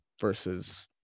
versus